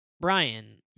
Brian